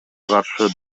каршы